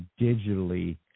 digitally